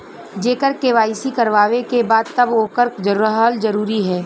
जेकर के.वाइ.सी करवाएं के बा तब ओकर रहल जरूरी हे?